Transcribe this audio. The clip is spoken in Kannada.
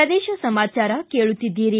ಪ್ರದೇಶ ಸಮಾಚಾರ ಕೇಳುತ್ತೀದ್ದೀರಿ